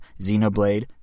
Xenoblade